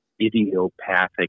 idiopathic